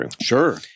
Sure